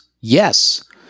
yes